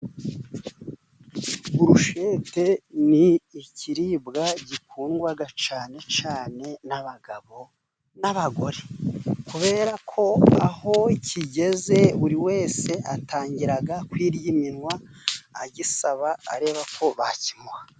Burushete ni ikiribwa gikundwa cyane cyane n'abagabo, n'abagore, kubera ko aho kigeze buri wese atangira kwirya iminwa, agisaba areba ko bakimuha.